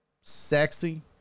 Sexy